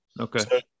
Okay